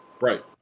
right